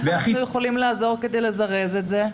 איך אנחנו יכולים לעזור כדי לזרז את זה?